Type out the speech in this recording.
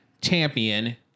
champion